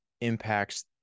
impacts